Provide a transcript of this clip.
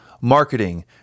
marketing